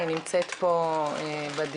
היא נמצאת פה בדיון,